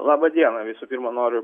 laba diena visų pirma noriu